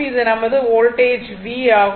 இது நமது voltage V ஆகும்